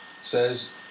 says